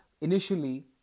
Initially